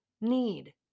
need